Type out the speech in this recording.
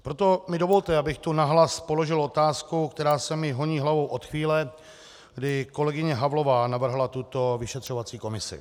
Proto mi dovolte, abych tu nahlas položil otázku, která se mi honí hlavou od chvíle, kdy kolegyně Havlová navrhla tuto vyšetřovací komisi.